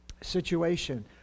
situation